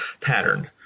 pattern